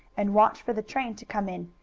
and watch for the train to come in,